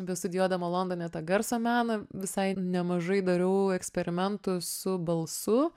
bestudijuodama londone tą garso meną visai nemažai dariau eksperimentų su balsu